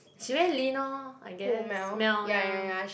she very lean orh I guess Mel ya